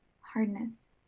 hardness